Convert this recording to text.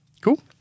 Cool